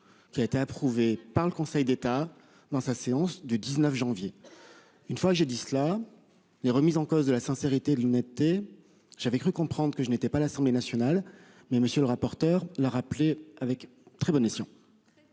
Qui a été approuvé par le Conseil d'État dans sa séance du 19 janvier. Une fois j'ai dit cela. Est remise en cause de la sincérité, l'honnêteté. J'avais cru comprendre que je n'étais pas l'Assemblée nationale. Mais monsieur le rapporteur. La rappeler avec. Très bonne décision.